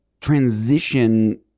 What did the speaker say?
transition